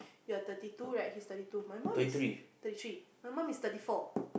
you're thirty two right he's thirty two my mum is thirty three my mom is thirty four